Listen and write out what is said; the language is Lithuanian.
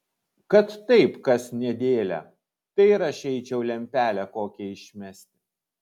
kad taip kas nedėlią tai ir aš eičiau lempelę kokią išmesti